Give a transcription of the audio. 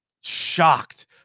shocked